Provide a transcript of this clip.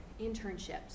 internships